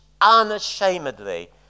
unashamedly